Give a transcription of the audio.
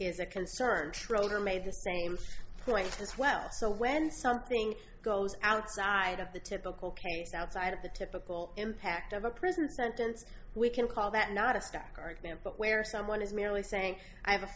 is a concern troll or made the same point as well so when something goes outside of the typical case outside of the typical impact of a prison sentence we can call that not a stock argument but where someone is merely saying i have a